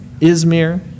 Izmir